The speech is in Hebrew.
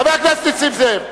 חבר הכנסת נסים זאב.